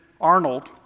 Arnold